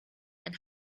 and